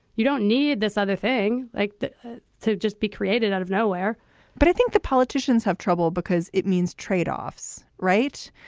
you don't need this other thing like that to just be created out of nowhere but i think the politicians have trouble because it means tradeoffs. right.